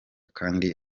kandi